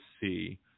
see